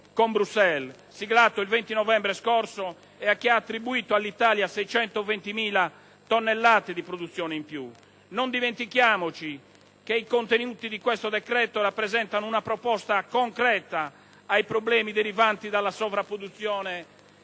con Bruxelles, siglato il 20 novembre scorso, e che ha attribuito all'Italia 620.000 tonnellate di produzione in più. Non dimentichiamoci che i contenuti di questo decreto rappresentano una proposta concreta ai problemi derivanti dalla sovrapproduzione